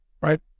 Right